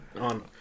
on